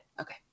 Okay